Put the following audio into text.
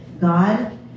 God